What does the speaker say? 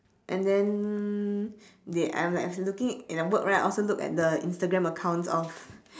and then they I'm like looking at work right I also look at the instagram accounts of